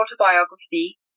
autobiography